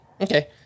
Okay